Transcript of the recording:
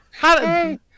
Hey